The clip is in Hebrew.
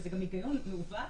וזה גם היגיון מעוות,